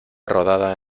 rodada